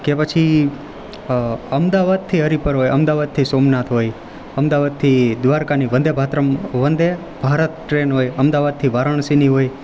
કે પછી અમદાવાદથી હરિપર હોય અમદાવાદથી સોમનાથ હોય અમદાવાદથી દ્વારકાની વંદે ભાત્રમ વંદે ભારત ટ્રેન હોય અમદાવાદથી વારાણસીની હોય